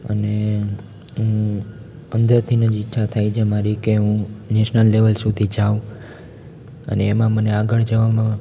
અને હું અંદરથીન જ ઈચ્છા થાય છે મારી કે હું નેશનલ લેવલ સુધી જાઉં અને એમાં મને આગળ જવામાં